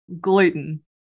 gluten